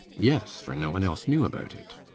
yes for no one else knew about it.